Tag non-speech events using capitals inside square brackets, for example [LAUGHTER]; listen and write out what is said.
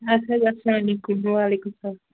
آدٕ حظ اَلسلامُ علیکُم وعلیکُم [UNINTELLIGIBLE]